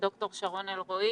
את ד"ר שרון אלרעי,